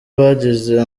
bagize